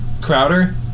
Crowder